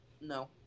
no